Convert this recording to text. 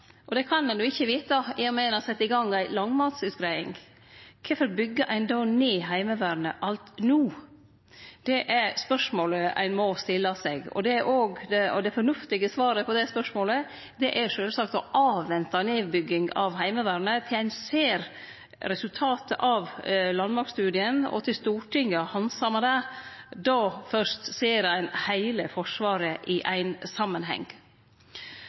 det kan ein jo ikkje vita i og med at ein har sett i gang ei landmaktutgreiing, kvifor byggjer ein då ned Heimevernet alt no? Det er spørsmålet ein må stille seg, og det fornuftige svaret på det spørsmålet er sjølvsagt å vente med nedbygging av Heimevernet til ein ser resultatet av landmaktstudien, og til Stortinget har handsama det. Då fyrst ser ein heile forsvaret i samanheng.